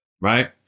right